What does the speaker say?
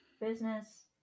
business